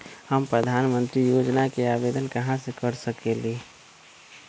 हम प्रधानमंत्री योजना के आवेदन कहा से कर सकेली?